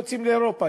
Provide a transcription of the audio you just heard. יוצאים לאירופה,